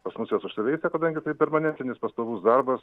pas mus jos užsiveisę kadangi tai permanentinis pastovus darbas